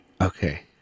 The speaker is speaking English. Okay